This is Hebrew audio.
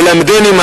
ללמדני,